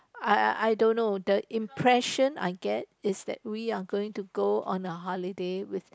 I I I don't know the impression I get is that we are going to go on a holiday with